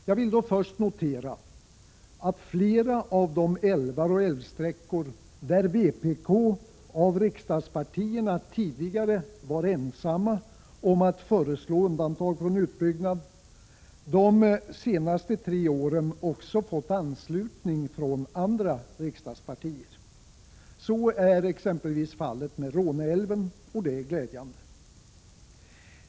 Jag vill då först notera att vpk, när det gäller flera av de älvar och älvsträckor där vpk tidigare varit ensamt om att föreslå undantag från utbyggnad, de senaste tre åren också fått anslutning från andra riksdagspartier. Så är exempelvis fallet med Råneälven, och det är glädjande.